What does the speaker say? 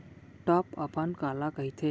Top अपन काला कहिथे?